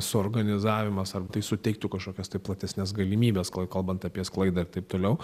suorganizavimas ar tai suteiktų kažkokias tai platesnes galimybes kalbant apie sklaidą ir taip toliau